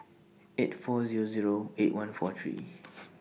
eight four Zero Zero eight one four three